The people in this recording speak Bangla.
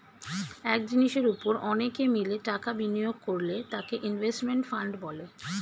এক জিনিসের উপর অনেকে মিলে টাকা বিনিয়োগ করলে তাকে ইনভেস্টমেন্ট ফান্ড বলে